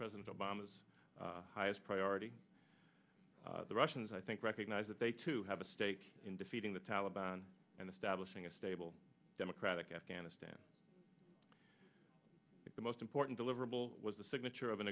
president obama's highest priority the russians i think recognize that they too have a stake in defeating the taliban and establishing a stable democratic afghanistan but the most important deliverable was the signature of an